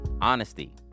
Honesty